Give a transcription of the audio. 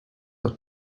are